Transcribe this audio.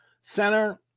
Center